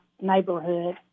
neighborhood